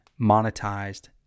monetized